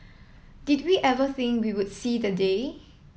did we ever think we would see the day